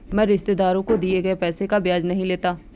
मैं रिश्तेदारों को दिए गए पैसे का ब्याज नहीं लेता